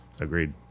agreed